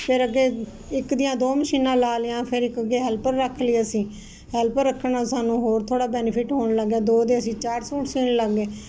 ਫਿਰ ਅੱਗੇ ਇੱਕ ਦੀਆਂ ਦੋ ਮਸ਼ੀਨਾਂ ਲਾ ਲਈਆਂ ਫਿਰ ਹੈਲਪਰ ਰੱਖ ਲਏ ਅਸੀਂ ਹੈਲਪਰ ਰੱਖਣਾ ਸਾਨੂੰ ਹੋਰ ਥੋੜਾ ਬੈਨੀਫਿਟ ਹੋਣ ਲੱਗ ਗਿਆ ਦੋ ਤੋ ਅਸੀਂ ਚਾਰ ਸੂਟ ਸੀਨ ਲੱਗ ਗਏ